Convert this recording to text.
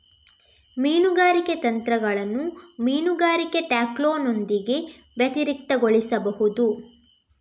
ಮೀನುಗಾರಿಕೆ ತಂತ್ರಗಳನ್ನು ಮೀನುಗಾರಿಕೆ ಟ್ಯಾಕ್ಲೋನೊಂದಿಗೆ ವ್ಯತಿರಿಕ್ತಗೊಳಿಸಬಹುದು